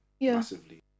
massively